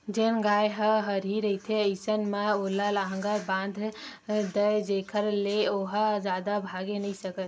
जेन गाय ह हरही रहिथे अइसन म ओला लांहगर बांध दय जेखर ले ओहा जादा भागे नइ सकय